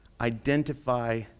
identify